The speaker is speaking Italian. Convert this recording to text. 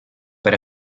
per